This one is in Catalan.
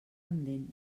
pendent